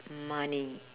money